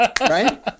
Right